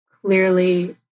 clearly